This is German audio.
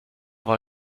war